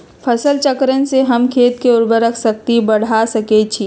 फसल चक्रण से हम खेत के उर्वरक शक्ति बढ़ा सकैछि?